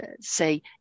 say